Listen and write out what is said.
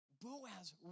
boaz